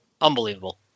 unbelievable